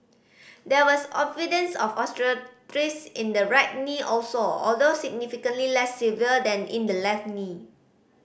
there was evidence of osteoarthritis in the right knee also although significantly less severe than in the left knee